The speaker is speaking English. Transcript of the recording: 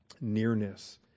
Nearness